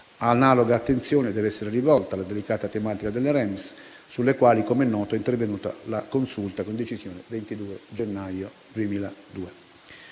Analoga attenzione dev'essere rivolta alla delicata tematica delle REMS, sulle quali, com'è noto, è intervenuta la Consulta, con decisione del 22 gennaio 2002.